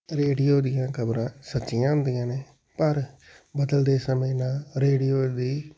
radio ਦੀਆਂ ਖ਼ਬਰਾਂ ਸੱਚੀਆਂ ਹੁੰਦੀਆਂ ਨੇ ਪਰ ਬਦਲਦੇ ਸਮੇਂ ਨਾਲ ਰੇਡੀਓ ਦੀ